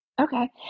Okay